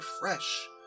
fresh